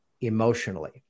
emotionally